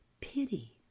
pity